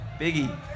Biggie